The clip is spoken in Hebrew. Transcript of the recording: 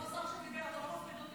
אתה לא מפחיד אותי.